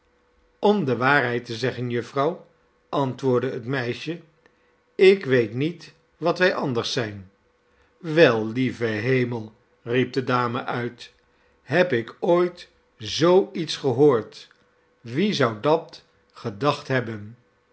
om de waarheid te zeggen jufvrouw antwoordde het meisje ik weet niet wat wij anders zijn wel lieve hemel riep de dame uit heb ik ooit zoo iets gehoord wie zou dat gedacht hebben